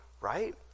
right